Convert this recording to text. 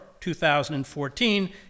2014